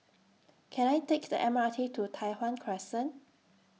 Can I Take The M R T to Tai Hwan Crescent